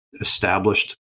established